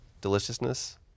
Deliciousness